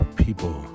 people